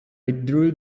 withdrew